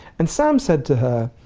and sam said to her,